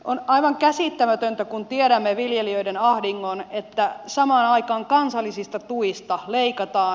on aivan käsittämätöntä kun tiedämme viljelijöiden ahdingon että samaan aikaan kansallisista tuista leikataan